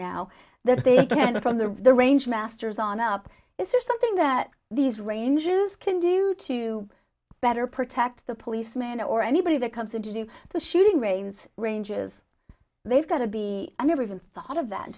now that they stand from the range masters on up is there something that these ranges can do to better protect the policeman or anybody that comes in to do the shooting range ranges they've got to be i never even thought of that